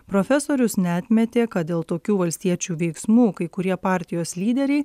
profesorius neatmetė kad dėl tokių valstiečių veiksmų kai kurie partijos lyderiai